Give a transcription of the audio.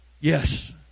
Yes